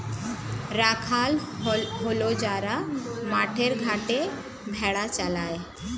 রাখাল হল যারা মাঠে ঘাটে ভেড়া চড়ায়